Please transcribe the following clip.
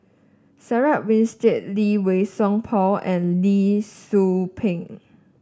Sarah Winstedt Lee Wei Song Paul and Lee Tzu Pheng